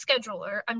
scheduler